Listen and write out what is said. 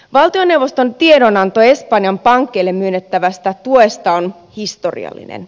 valtioneuvoston tiedonanto espanjan pankeille myönnettävästä tuesta on historiallinen